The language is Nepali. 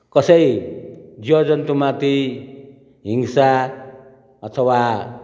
कसै जीवजन्तुमाथि हिंसा अथवा